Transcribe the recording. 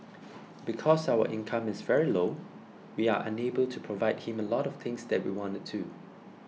because our income is very low we are unable to provide him a lot of things that we wanna to